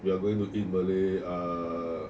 we are going to eat malay ah